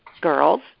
girls